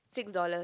six dollars